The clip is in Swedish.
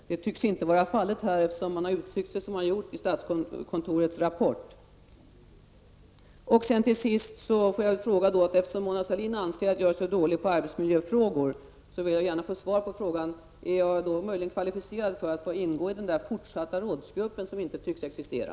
Detta tycks inte vara fallet här, eftersom man har uttryckt sig som man har gjort i statskontorets rapport. Till sist, eftersom Mona Sahlin anser att jag är så dålig på arbetsmiljöfrågor, vill jag gärna få svar på frågan: Är jag då möjligen kvalificerad för att få ingå i den fortsatta rådsgruppen som inte tycks existera?